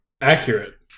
Accurate